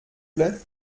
plait